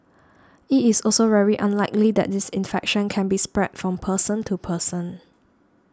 it is also very unlikely that this infection can be spread from person to person